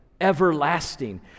everlasting